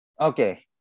okay